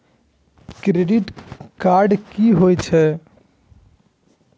Credit card की होई छै?